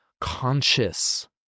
conscious